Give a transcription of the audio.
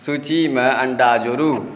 सूचीमे अंडा जोरू